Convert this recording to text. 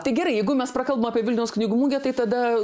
tai gerai jeigu mes prakalbom apie vilniaus knygų mugę tai tada